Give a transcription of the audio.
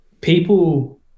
People